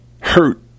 hurt